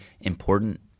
important